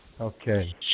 Okay